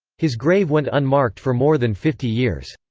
his grave went unmarked for more than fifty years.